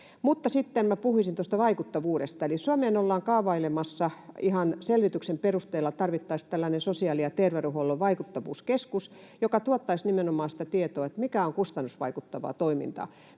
Mutta sitten minä puhuisin tuosta vaikuttavuudesta. Eli Suomeen ollaan kaavailemassa, ihan selvityksen perusteella tarvittaisiin sosiaali- ja terveydenhuollon vaikuttavuuskeskus, joka tuottaisi nimenomaan sitä tietoa, mikä on kustannusvaikuttavaa toimintaa.